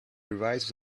revised